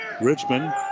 Richmond